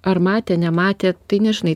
ar matė nematė tai nežinai